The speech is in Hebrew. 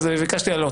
אז ביקשתי להעלות.